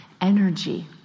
energy